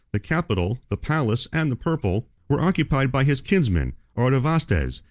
the capital, the palace, and the purple, were occupied by his kinsman artavasdes,